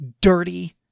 dirty